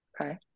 Okay